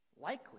likely